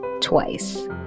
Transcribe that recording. twice